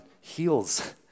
heals